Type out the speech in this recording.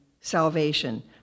salvation